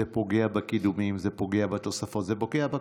זה פוגע בקידומים, זה פוגע בתוספות, זה פוגע בכול.